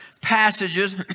passages